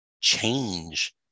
change